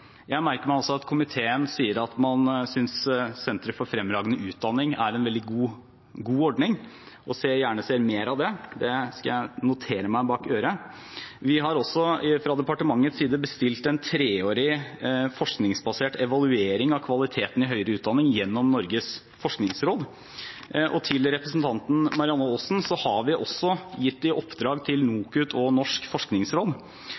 Jeg merker meg også at komiteen synes sentre for fremragende utdanning er en veldig god ordning, og gjerne ser mer av det. Det skal jeg notere meg bak øret. Vi har også fra departementets side bestilt en treårig forskningsbasert evaluering av kvaliteten i høyere utdanning gjennom Norges forskningsråd. Og til representanten Marianne Aasen: Vi har også gitt i oppdrag til NOKUT og Norges forskningsråd